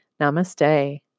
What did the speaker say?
Namaste